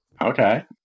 Okay